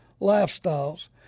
lifestyles